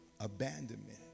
abandonment